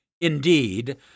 Indeed